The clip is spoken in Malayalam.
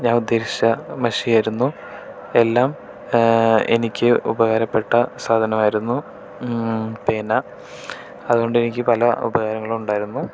ഞാൻ ഉദ്ദേശിച്ച മഷിയായിരുന്നു എല്ലാം എനിക്ക് ഉപകാരപ്പെട്ട സാധനമായിരുന്നു പിന്നെ അത്കൊണ്ട് എനിക്ക് പല ഉപയോഗങ്ങളും ഉണ്ടായിരുന്നു